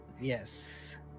yes